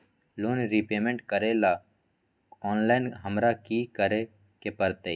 Loan repayment करेला online हमरा की करे के परतई?